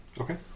Okay